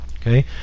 Okay